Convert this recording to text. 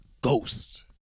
Ghost